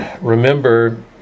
Remember